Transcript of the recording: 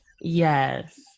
yes